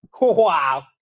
Wow